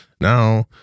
now